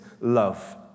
love